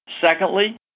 Secondly